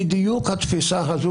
בדיוק התפיסה הזאת,